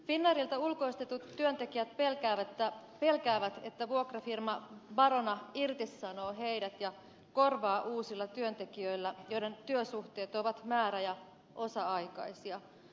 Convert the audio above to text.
finnairilta ulkoistetut työntekijät pelkäävät että vuokrafirma barona irtisanoo heidät ja korvaa uusilla työntekijöillä joiden työsuhteet ovat määrä ja osa aikaisia